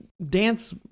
dance